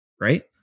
right